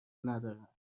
ندارن